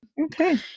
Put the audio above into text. Okay